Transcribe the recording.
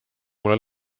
mulle